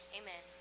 amen